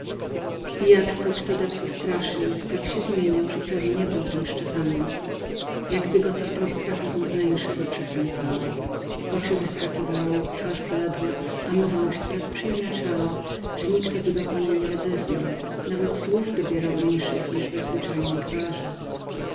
i gdy go kto zastraszył tak się zmieniał że prawie nie tym był szczepanem jakby go co w tym strachu znów na inszego przekręcało oczy wyskakiwały twarz bladła a mowa mu się tak przeinaczyła że niktoby go po niej nie rozeznał nawet słów dobierał inszych niż we zwyczajnej gwarze